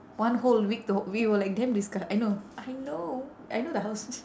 one whole week t~ we were like damn disgust~ I know I know I know the house